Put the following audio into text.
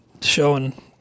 showing